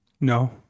No